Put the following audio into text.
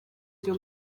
cyo